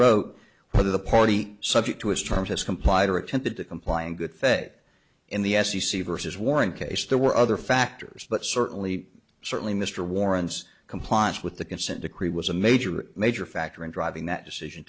wrote where the party subject to his terms has complied or attempted to comply and good faith in the f c c versus warrant case there were other factors but certainly certainly mr warrants compliance with the consent decree was a major major factor in driving that decision